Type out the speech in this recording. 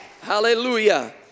Hallelujah